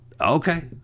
Okay